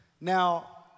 Now